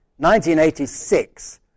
1986